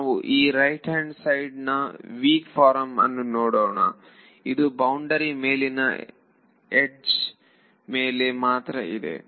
ನಾವು ಈ right hand ಸೈಡ್ನ ವೀಕ್ ಫಾರಂ ಅನ್ನು ನೋಡೋಣ ಇದು ಬೌಂಡರಿ ಮೇಲಿನ ಯಡ್ಜ್ ಮೇಲೆ ಮಾತ್ರ ಇದೆ